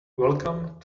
welcome